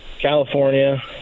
California